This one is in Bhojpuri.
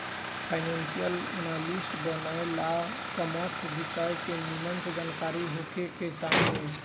फाइनेंशियल एनालिस्ट बने ला कॉमर्स विषय के निमन से जानकारी होखे के चाही